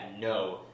no